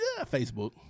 Facebook